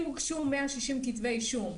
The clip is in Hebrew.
אם הוגשו 160 כתבי אישום,